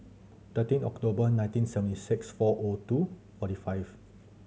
thirteen October nineteen seventy six four O two forty five